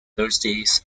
thursdays